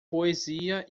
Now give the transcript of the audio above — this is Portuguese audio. poesia